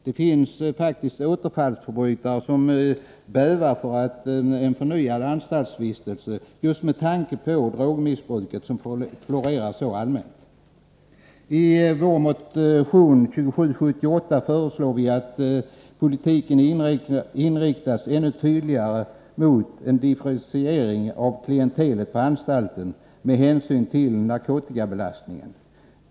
Det finns faktiskt återfallsförbrytare som bävar för en förnyad anstaltsvistelse just med tanke på drogmissbruket, som florerar mycket allmänt. I vår motion 2778 föreslår vi att politiken inriktas ännu tydligare mot att differentiera klientelet på anstalter med hänsyn till narkotikabelastningen.